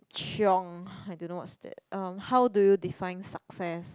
chiong I don't know what's that um how do you define success